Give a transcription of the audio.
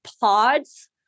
pods